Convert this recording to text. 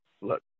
look